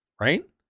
right